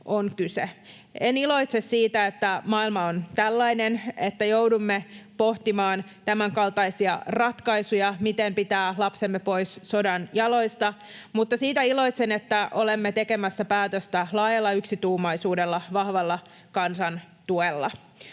on kyse. En iloitse siitä, että maailma on tällainen, että joudumme pohtimaan tämänkaltaisia ratkaisuja, miten pitää lapsemme pois sodan jaloista, mutta siitä iloitsen, että olemme tekemässä päätöstä laajalla yksituumaisuudella, vahvalla kansan tuella.